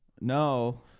no